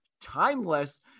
timeless